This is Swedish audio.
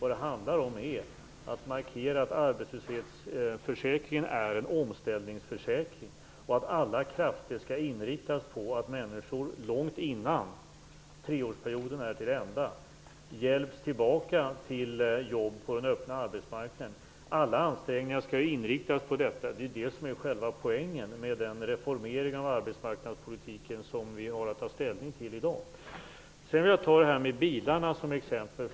Det handlar i stället om att markera att arbetslöshetsförsäkringen är en omställningsförsäkring och att alla krafter skall inriktas på att människor långt innan treårsperioden är till ända hjälps tillbaka till jobb på den öppna arbetsmarknaden. Alla ansträngningar skall inriktas på detta. Det är själva poängen med den reformering av arbetsmarknadspolitiken som vi har att ta ställning till i dag. Sedan vill jag ta upp detta med bilarna som exempel.